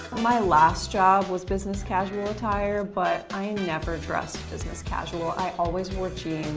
my last job was business casual attire but i never dressed business casual i always wore jeans.